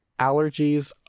allergies